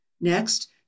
Next